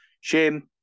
shame